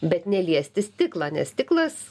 bet neliesti stiklą nes stiklas